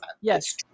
Yes